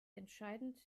entscheidend